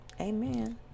amen